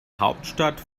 hauptstadt